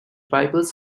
bibles